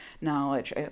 knowledge